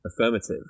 affirmative